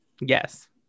Yes